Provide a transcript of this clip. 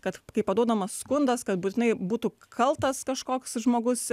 kad kai paduodamas skundas kad būtinai būtų kaltas kažkoks žmogus